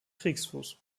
kriegsfuß